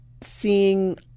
seeing